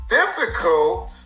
difficult